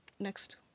Next